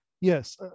Yes